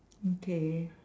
okay